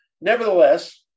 Nevertheless